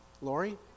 Lori